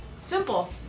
Simple